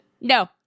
No